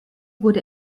wurde